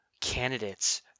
candidates